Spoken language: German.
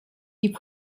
die